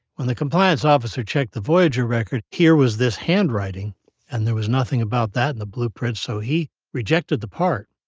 when the compliance officer checked the voyager record here was this handwriting and there was nothing about that in the blueprints, so he rejected the part